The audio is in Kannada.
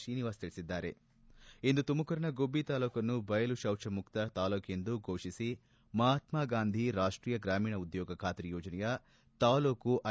ಶ್ರೀನಿವಾಸ್ ತಿಳಿಸಿದ್ದಾರೆ ಇಂದು ತುಮಕೂರಿನ ಗುಬ್ಬಿ ತಾಲ್ಲೂಕನ್ನು ಬಯಲು ಶೌಚಮುಕ್ತ ತಾಲ್ಲೂಕ್ಷೆಂದು ಘೋಷಿಸಿ ಮಹಾತ್ನ ಗಾಂಧಿ ರಾಷ್ಟೀಯ ಗ್ರಾಮೀಣ ಉದ್ಯೋಗ ಖಾತರಿ ಯೋಜನೆಯ ತಾಲ್ಲೂಕು ಐ